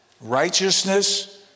Righteousness